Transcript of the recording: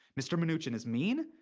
mr. mnuchin is mean,